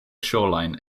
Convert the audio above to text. shoreline